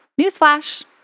Newsflash